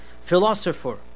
philosopher